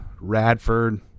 Radford